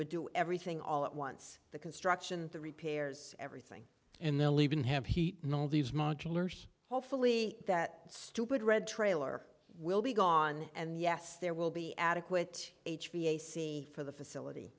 would do everything all at once the construction the repairs everything and they'll even have heat in all these modulars hopefully that stupid red trailer will be gone and yes there will be adequate h v ac for the facility